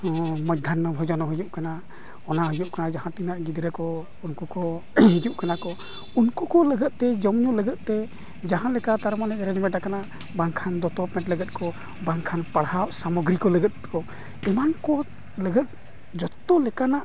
ᱢᱚᱫᱽᱫᱷᱟᱱᱱᱚ ᱵᱷᱳᱡᱚᱱᱚ ᱦᱩᱭᱩᱜ ᱠᱟᱱᱟ ᱚᱱᱟ ᱦᱩᱭᱩᱜ ᱠᱟᱱᱟ ᱡᱟᱦᱟᱸ ᱛᱤᱱᱟᱹᱜ ᱜᱤᱫᱽᱨᱟᱹ ᱠᱚ ᱩᱱᱠᱩ ᱠᱚ ᱦᱤᱡᱩᱜ ᱠᱟᱱᱟ ᱠᱚ ᱩᱱᱠᱩ ᱠᱚ ᱞᱟᱹᱜᱤᱫ ᱛᱮ ᱡᱚᱢᱼᱧᱩ ᱞᱟᱹᱜᱤᱫ ᱛᱮ ᱡᱟᱦᱟᱸ ᱞᱮᱠᱟ ᱢᱟᱱᱮ ᱮᱨᱮᱡᱽᱢᱮᱱᱴ ᱠᱟᱱᱟ ᱵᱟᱝᱠᱷᱟᱱ ᱫᱚᱛᱚ ᱯᱮᱱᱴ ᱞᱟᱹᱜᱤᱫ ᱠᱚ ᱵᱟᱝᱠᱷᱟᱱ ᱯᱟᱲᱦᱟᱣ ᱥᱟᱢᱚᱜᱨᱤ ᱠᱚ ᱞᱟᱹᱜᱤᱫ ᱠᱚ ᱮᱢᱟᱱ ᱠᱚ ᱞᱟᱹᱜᱤᱫ ᱡᱚᱛᱚ ᱞᱮᱠᱟᱱᱟᱜ